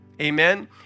Amen